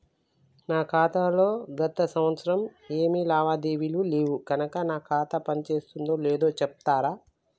నా ఖాతా లో గత సంవత్సరం ఏమి లావాదేవీలు లేవు కనుక నా ఖాతా పని చేస్తుందో లేదో చెప్తరా?